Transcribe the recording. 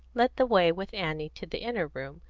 led the way with annie to the inner room,